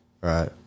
Right